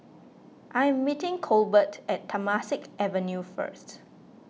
I am meeting Colbert at Temasek Avenue first